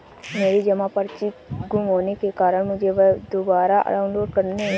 मेरी जमा पर्ची गुम होने के कारण मुझे वह दुबारा डाउनलोड करनी होगी